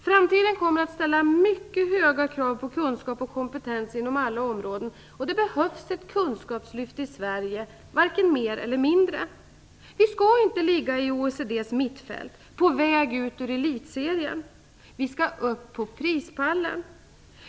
Framtiden kommer att ställa mycket höga krav på kunskap och kompetens inom alla områden, och det behövs ett kunskapslyft i Sverige, varken mer eller mindre. Vi skall inte ligga i OECD:s mittfält, på väg ut ur elitserien. Vi skall upp på prispallen.